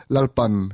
Lalpan